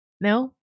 No